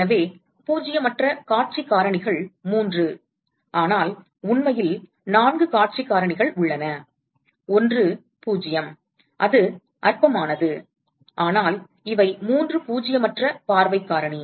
எனவே பூஜ்ஜியமற்ற காட்சி காரணிகள் மூன்று ஆனால் உண்மையில் நான்கு காட்சி காரணிகள் உள்ளன ஒன்று 0 அது அற்பமானது ஆனால் இவை மூன்று பூஜ்ஜியமற்ற பார்வை காரணி